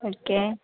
okay